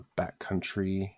backcountry